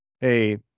hey